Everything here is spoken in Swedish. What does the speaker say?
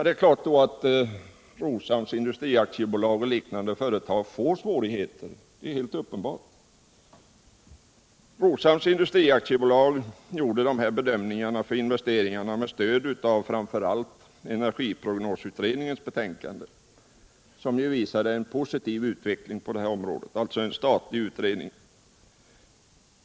Det är klart att Roshamns Industri AB och liknande företag under sådana förhållanden får bekymmer. Roshamns Industri AB gjorde sina bedömningar för investeringarna med stöd framför allt av den statliga energiprognosutredningens betänkande. Det varalltså en statlig utredning, som pekade mot en positiv utveckling på detta område.